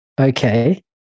okay